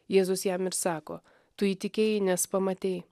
jėzus jam ir sako tu įtikėjai nes pamatei